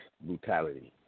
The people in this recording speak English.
brutality